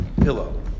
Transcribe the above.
pillow